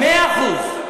מאה אחוז.